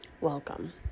welcome